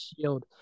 shield